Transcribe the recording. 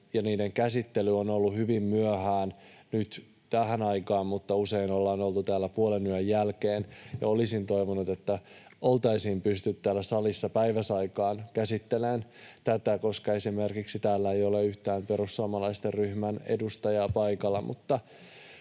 niiden käsittely on ollut hyvin myöhään — nyt tähän aikaan, mutta usein ollaan oltu täällä puolenyön jälkeen — ja olisin toivonut, että oltaisiin pystytty täällä salissa päiväsaikaan käsittelemään tätä, koska esimerkiksi täällä ei ole yhtään perussuomalaisten ryhmän edustajaa paikalla,